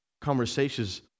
conversations